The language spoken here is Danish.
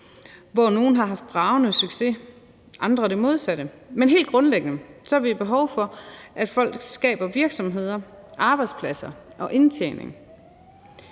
Nogle har haft bragende succes og andre det modsatte. Men helt grundlæggende har vi behov for, at folk skaber virksomheder, arbejdspladser og indtjening,